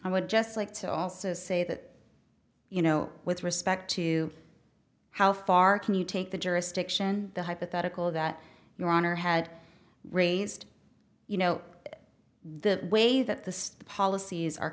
i would just like to also say that you know with respect to how far can you take the jurisdiction the hypothetical that your honor had raised you know the way that the policies are